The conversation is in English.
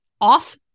off